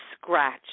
scratch